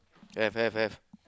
have have have